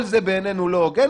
כל זה בעינינו לא הוגן,